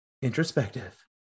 introspective